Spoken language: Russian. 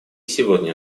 сегодня